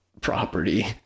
property